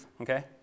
okay